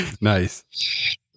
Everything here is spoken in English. Nice